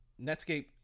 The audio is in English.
Netscape